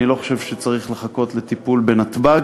אני לא חושב שצריך לחכות לטיפול בנתב"ג.